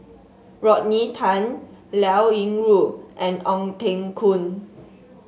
Rodney Tan Liao Yingru and Ong Teng Koon